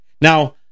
Now